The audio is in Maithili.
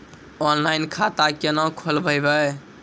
ऑनलाइन खाता केना खोलभैबै?